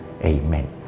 Amen